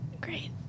great